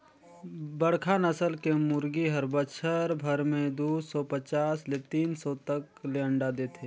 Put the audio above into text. बड़खा नसल के मुरगी हर बच्छर भर में दू सौ पचास ले तीन सौ तक ले अंडा देथे